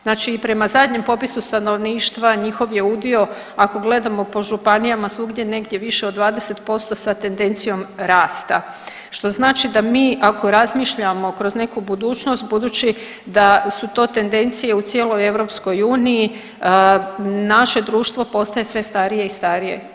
Znači i prema zadnjem popisu stanovništva njihov je udio ako gledamo po županijama svugdje negdje više od 20% sa tendencijom rasta što znači da mi ako razmišljamo kroz neku budućnost budući da su to tendencije u cijeloj EU naše društvo postaje sve starije i starije.